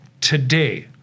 today